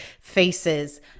faces